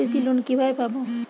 কৃষি লোন কিভাবে পাব?